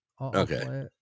Okay